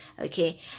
Okay